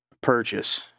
purchase